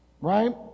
right